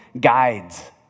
guides